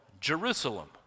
Jerusalem